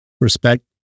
respect